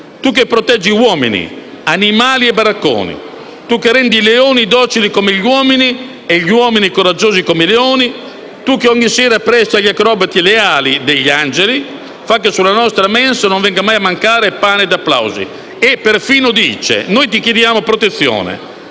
Tu che proteggi uomini, animali e baracconi, tu che rendi i leoni docili come gli uomini e gli uomini coraggiosi come i leoni, tu che ogni sera presti agli acrobati le ali degli angeli, fa' che sulla nostra mensa non venga mai a mancare pane ed applausi» La preghiera dice persino: «Noi ti chiediamo protezione,